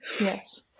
yes